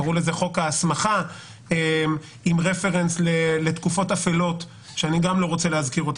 קראו לזה חוק ההסכמה עם רפרנס לתקופות אפלות שאני לא רוצה להזכיר.